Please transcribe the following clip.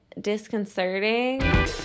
disconcerting